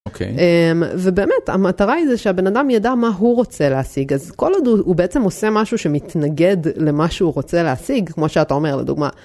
אוקיי -ובאמת המטרה היא זה שהבן אדם ידע מה הוא רוצה להשיג אז כל עוד הוא בעצם עושה משהו שמתנגד למה שהוא רוצה להשיג, כמו שאתה אומר לדוגמה